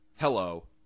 Hello